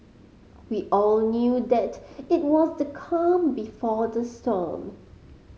we all knew that it was the calm before the storm